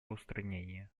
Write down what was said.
устранения